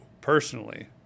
personally